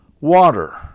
water